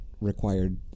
required